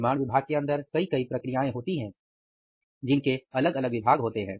निर्माण विभाग के अंदर कई प्रक्रियाएं होती हैं जिनके अलग अलग विभाग होते हैं